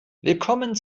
willkommen